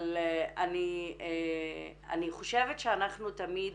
אבל אני חושבת שאנחנו תמיד